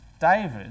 David